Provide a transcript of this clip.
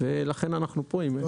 ולכן אנחנו פה.